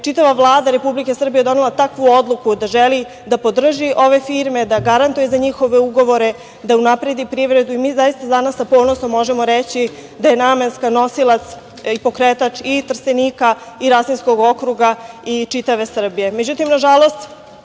čitava Vlada Republike Srbije donela takvu odluku da želi da podrži ove firme, da garantuje za njihove ugovore, da unapredi privredu. Mi zaista danas sa ponosom možemo reći da je Namenska nosilac i pokretač i Trstenika i Rasinskog okruga i čitave Srbije.